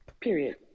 Period